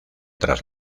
tras